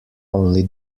only